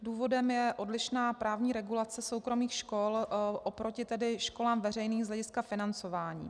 Důvodem je odlišná právní regulace soukromých škol oproti školám veřejným z hlediska financování.